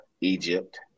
Egypt